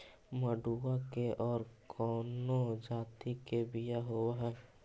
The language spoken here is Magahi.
मडूया के और कौनो जाति के बियाह होव हैं?